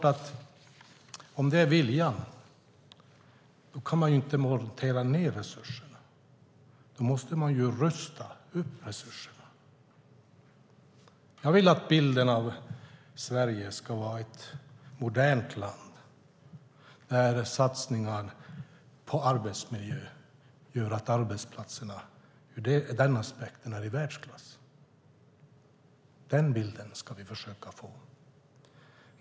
Om det är viljan kan man inte montera ned resurserna. Då måste man rusta upp resurserna. Jag vill att bilden av Sverige ska vara ett modernt land där satsningar på arbetsmiljö gör att arbetsplatserna ur den aspekten är i världsklass. Den bilden ska vi försöka få.